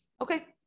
Okay